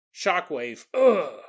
shockwave